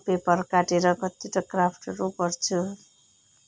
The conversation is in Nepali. पेपर काटेर कति त क्राफ्टहरू गर्छु